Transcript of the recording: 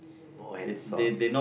more hands on